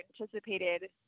anticipated